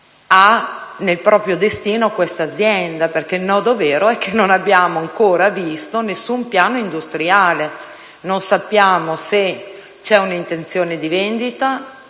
ha nel proprio destino questa azienda. Il nodo vero è che non abbiamo ancora visto nessun piano industriale; non sappiamo se c'è un'intenzione di vendita